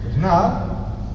now